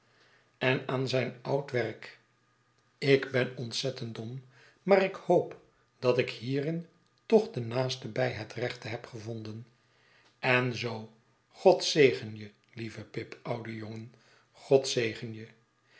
en aan zijn oud werk ik ben ontzettend dom maar ik hoop dat ik hierin toch ten naastenbij het rechte heb gevonden en zoo god zegen je lieve pip oude jongeri god zegen